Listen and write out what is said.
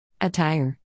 Attire